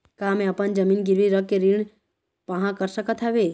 का मैं अपन जमीन गिरवी रख के ऋण पाहां कर सकत हावे?